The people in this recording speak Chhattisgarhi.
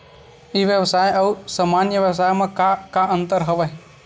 ई व्यवसाय आऊ सामान्य व्यवसाय म का का अंतर हवय?